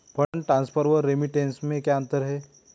Fund transfer और remittance में क्या अंतर है?